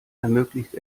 ermöglicht